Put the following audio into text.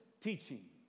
teaching